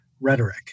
rhetoric